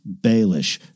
Baelish